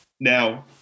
Now